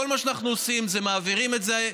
כל מה שאנחנו עושים זה מעבירים את זה,